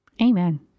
Amen